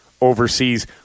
overseas